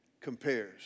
compares